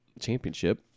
championship